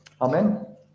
Amen